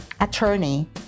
attorney